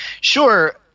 Sure